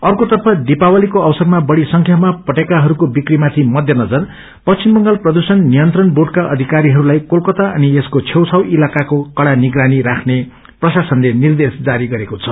अर्कोतर्फ दिपावलीको अवसरमा बढ़ी संख्यामा पटेकाहको बिक्रीमाथि मध्यनजर पखिम बंगाल प्रदुषण र्बोडका अधिकारीहरूलाई कोलकाता अनि यसको छेउछाउ इलाकाको कड़ा निगरानी राख्ने प्रशासनले निर्देश जारी गरेको छ